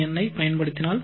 ஐப் பயன்படுத்தினால்